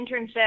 internship